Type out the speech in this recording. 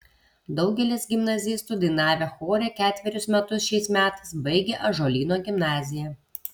daugelis gimnazistų dainavę chore ketverius metus šiais metais baigia ąžuolyno gimnaziją